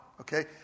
okay